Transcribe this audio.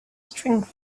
string